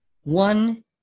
one